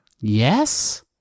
Yes